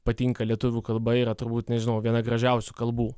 patinka lietuvių kalba yra turbūt nežinau viena gražiausių kalbų